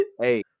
Hey